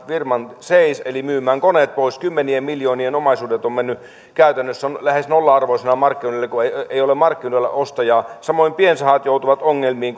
firman seis eli myymään koneet pois kymmenien miljoonien omaisuudet ovat menneet käytännössä lähes nolla arvoisina markkinoille kun ei ei ole markkinoilla ostajaa samoin piensahat joutuvat ongelmiin